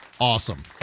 Awesome